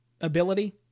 ability